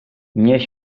nie